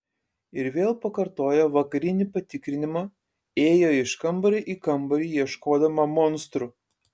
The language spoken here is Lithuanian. ir vėl pakartojo vakarinį patikrinimą ėjo iš kambario į kambarį ieškodama monstrų